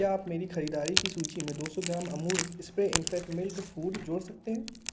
क्या आप मेरी ख़रीददारी की सूची में दो सौ gram Amul spray infant milk food जोड़ सकते हैं